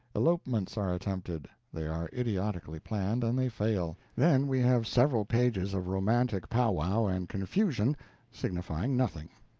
elopements are attempted. they are idiotically planned, and they fail. then we have several pages of romantic powwow and confusion signifying nothing.